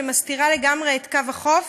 שמסתירה לגמרי את קו החוף